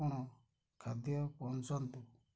ଆପଣ ଖାଦ୍ୟ ପହଞ୍ଚାନ୍ତୁ